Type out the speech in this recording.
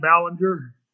Ballinger